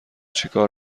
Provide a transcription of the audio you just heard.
چیکار